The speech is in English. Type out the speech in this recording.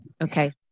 Okay